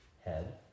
Head